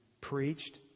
preached